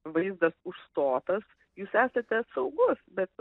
vaizdas užstotas jūs esate saugus bet